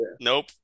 Nope